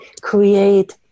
create